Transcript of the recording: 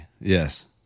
Yes